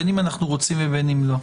בין אם אנו רוצים ובין אם לא.